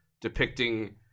depicting